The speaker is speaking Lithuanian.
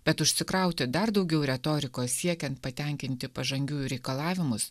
bet užsikrauti dar daugiau retorikos siekiant patenkinti pažangiųjų reikalavimus